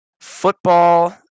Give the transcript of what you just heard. football